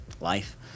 life